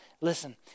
Listen